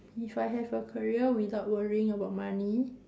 if I have a career without worrying about money